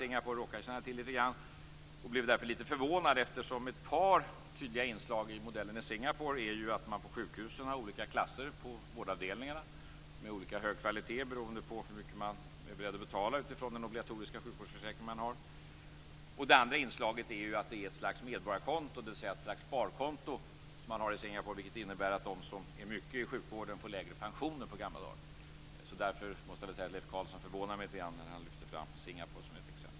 Singapore råkar jag känna till lite grann. Jag blev därför lite förvånad med tanke på ett par tydliga inslag i modellen i Singapore. Det första inslaget är att man ju på sjukhusen har olika klasser på vårdavdelningar. Dessa har olika hög kvalitet beroende på hur mycket man är beredd att betala utifrån den obligatoriska sjukvårdsförsäkring man har. Det andra inslaget är att det ju är ett slags medborgarkonto, dvs. ett slags sparkonto, som man har i Singapore. Det innebär att de som är mycket i sjukvården får lägre pensioner på gamla dagar. Därför måste jag säga att Leif Carlson förvånar mig lite grann när han lyfter fram Singapore som ett exempel.